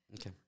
Okay